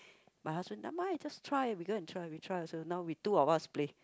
my husband never mind just try we go and try also two of us play